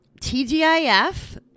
TGIF